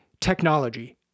technology